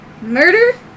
murder